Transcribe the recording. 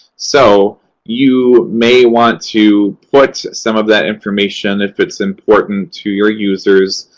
so you may want to put some of that information if it's important to your users,